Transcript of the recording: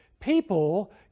people